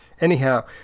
Anyhow